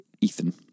Ethan